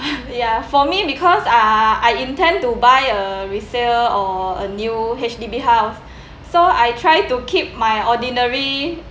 ya for me because uh I intend to buy a resale or a new H_D_B house so I try to keep my ordinary